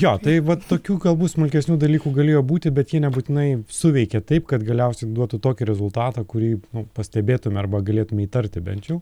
jo tai vat tokių kalbų smulkesnių dalykų galėjo būti bet jie nebūtinai suveikė taip kad galiausiai duotų tokį rezultatą kurį pastebėtume arba galėtumei įtarti bent jau